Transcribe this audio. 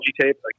tape